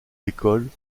l’école